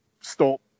stop